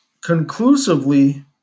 conclusively